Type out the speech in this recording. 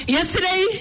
Yesterday